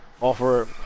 offer